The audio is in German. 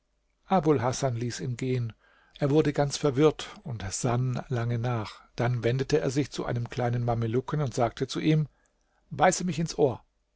hasan ließ ihn gehen er wurde ganz verwirrt und sann lange nach dann wendete er sich zu einem kleinen mamelucken und sagte zu ihm beiße mich ins ohr